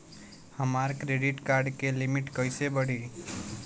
हमार credit card के limit कइसे बढ़ी?